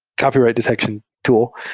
copyright detection tool.